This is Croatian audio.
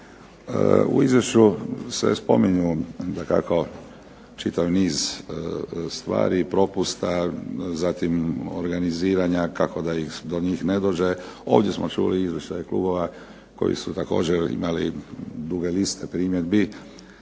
U izvješću se spominje dakako čitav niz stvari i propusta, zatim organiziranja kako da do njih ne dođe. Ovdje smo čuli izvještaje klubova koji su također imali duge liste primjedbi.